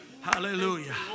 Hallelujah